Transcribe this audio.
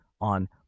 on